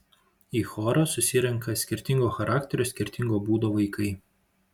į chorą susirenka skirtingo charakterio skirtingo būdo vaikai